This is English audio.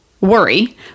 worry